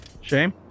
Shame